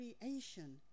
creation